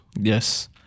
Yes